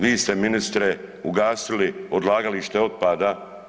Vi ste ministre ugasili odlagalište otpada.